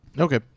Okay